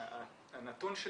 הנתון של